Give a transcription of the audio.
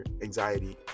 anxiety